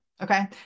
okay